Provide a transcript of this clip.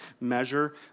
measure